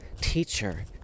teacher